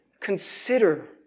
consider